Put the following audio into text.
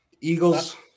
Eagles